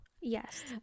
Yes